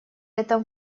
этом